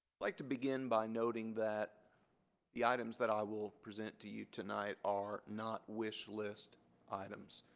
like to begin by noting that the items that i will present to you tonight are not wish list items.